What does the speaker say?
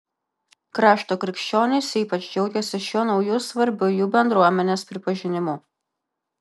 krašto krikščionys ypač džiaugiasi šiuo nauju svarbiu jų bendruomenės pripažinimu